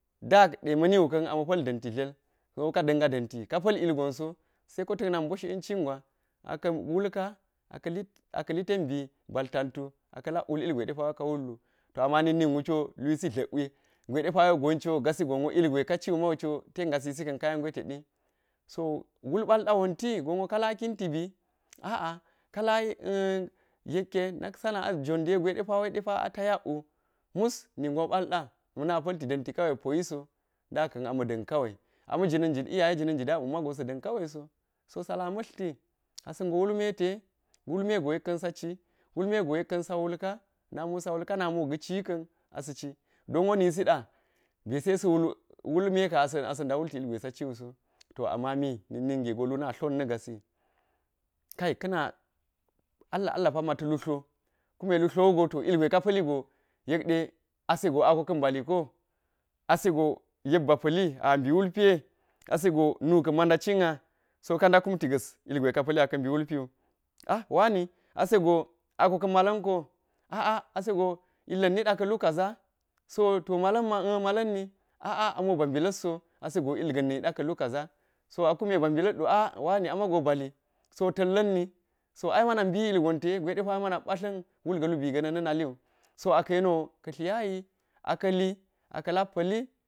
Daɗe ma̱ niu ka̱n ama̱ pa̱l ɗanti dlar gonwo ka danga da̱nti, kapal ilgwa̱nso saiko takna̱k bosh yenci gwa aka̱ wulka, akali akali tennba̱l tantu alak wul ilgweɗepa̱ wai gonjo ga̱sigonw ilgwe ka̱ciu maucho ten gasisika̱n ka̱ ya gwetedi, so idul ba̱lda wonti gonwo ka̱la̱ kinti bi, a'a, ka̱le yekke na̱k sana'a jon dai gweɗepa̱ a taiakwu, mu ningu ba̱lɗa na̱ pa̱lti danti kawai sau payiso ɗaka̱n ama dan kawai, a majinan ji iyaye jina̱n ji da magu saɗa̱n kawaiso, so sala mlarti asago wulme te, klulme tekkan saci, wulmego yekkan sa wulka, namiwo sa wuka, namiwo gaci kan asaci, do wo nisida besai sawul wulmeka asa asada wulti ilgwe saciuso, to amma me, nikninge go luna tlona ga̱si, kai kana allah allah panma ta̱ lu tlo. Kume lu tlowugo to ilgwe ka pa̱lligo yekɗe asego akoka̱n ba̱li ko, asego yek ba pa̱lli abi wulpi ye asego nuka̱n ma ɗacin’a, so ka̱da̱ kumti ga̱s ilgwe ka̱ pa̱lli aka̱ bi klulpi wu ka̱ wa̱ni asego aeka̱n ma̱ la̱nko, a'a asego illa̱n niɗa ka̱lu kaza, so ma̱la̱nma, an ma̱ la̱nni, a. a, amo babi latso, asego illa̱n niɗa̱ kalu ka̱za̱, so kume babi la̱twu a. a wa̱ni ama̱go bali, so ta̱nla̱nni so ai ma̱na̱k bi ilgonte gwedepa̱ ma̱na̱k ba̱tla̱n wulla̱ lubi ga̱na̱n na̱ na̱liwu, so aka̱ yeniwo ka tliya̱yi aka̱li aka̱la̱k pa̱lli.